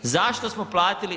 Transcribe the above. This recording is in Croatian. Zašto smo platili?